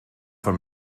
von